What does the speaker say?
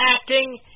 acting